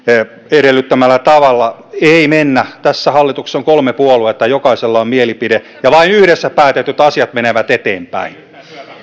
edellyttämällä tavalla ei mennä tässä hallituksessa on kolme puoluetta jokaisella on mielipide ja vain yhdessä päätetyt asiat menevät eteenpäin